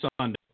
Sunday